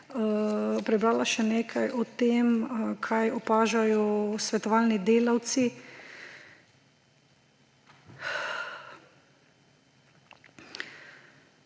Prebrala še nekaj o tem, kaj opažajo svetovalni delavci.